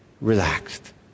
relaxed